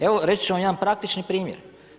Evo reći ću vam jedan praktični primjer.